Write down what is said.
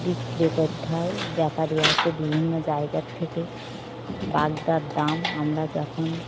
বিক্রি করতে হয় ব্যাপারী আসে বিভিন্ন জায়গা থেকে বাগদার দাম আমরা যখন